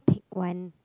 one